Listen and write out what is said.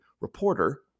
reporter